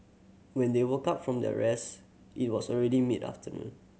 when they woke up from their rest it was already mid afternoon